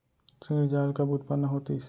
ऋण जाल कब उत्पन्न होतिस?